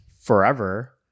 forever